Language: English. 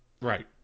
Right